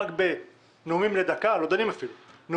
למה?